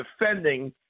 defending